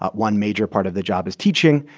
ah one major part of the job is teaching,